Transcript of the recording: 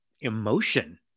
emotion